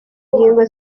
ingingo